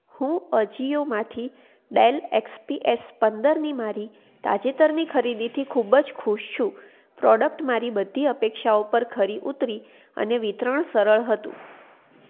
હું અજિયોમાંથી Dell XPS પંદરની મારી તાજેતરની ખરીદીથી ખૂબ જ ખુશ છું પ્રોડક્ટ મારી બધી અપેક્ષાઓ પર ખરી ઉતરી અને વિતરણ સરળ હતું